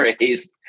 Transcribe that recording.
raised